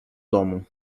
domu